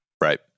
Right